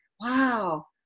wow